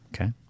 Okay